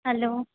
hello